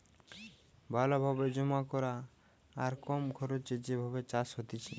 ভালো ভাবে জমা করা আর কম খরচে যে ভাবে চাষ হতিছে